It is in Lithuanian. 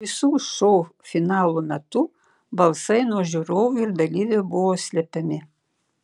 visų šou finalų metu balsai nuo žiūrovų ir dalyvių buvo slepiami